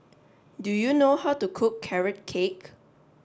do you know how to cook Carrot Cake